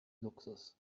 luxus